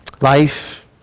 life